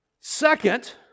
Second